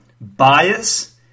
bias